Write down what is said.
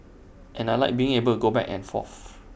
and I Like being able go back and forth